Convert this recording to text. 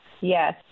yes